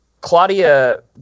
Claudia